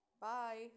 bye